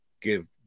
give